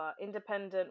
Independent